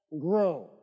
Grow